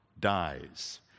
dies